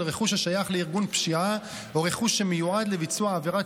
של רכוש השייך לארגון פשיעה או רכוש שמיועד לביצוע עבירת